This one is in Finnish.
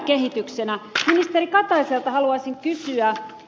ministeri kataiselta haluaisin kysyä